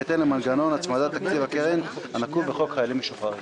בהתאם למנגנון ההצמדה לתקציב הקרן הנקוב בחוק חיילים משוחררים.